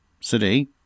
City